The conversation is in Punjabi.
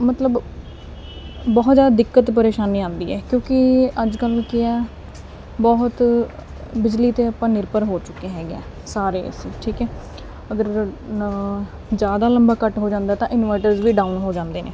ਮਤਲਬ ਬਹੁਤ ਜਿਆਦਾ ਦਿੱਕਤ ਪਰੇਸ਼ਾਨੀ ਆਉਂਦੀ ਹੈ ਕਿਉਂਕਿ ਅੱਜ ਕੱਲ ਕੀ ਆ ਬਹੁਤ ਬਿਜਲੀ ਤੇ ਆਪਾਂ ਨਿਰਭਰ ਹੋ ਚੁੱਕੇ ਹੈਗੇ ਆ ਸਾਰੇ ਅਸੀਂ ਠੀਕ ਐ ਅਗਰ ਨਾ ਜ਼ਿਆਦਾ ਲੰਬਾ ਕੱਟ ਹੋ ਜਾਂਦਾ ਤਾਂ ਇੰਵਰਟਰਸ ਵੀ ਡਾਊਨ ਹੋ ਜਾਂਦੇ ਨੇ